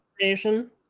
information